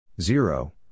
Zero